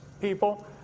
people